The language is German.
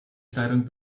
kleidung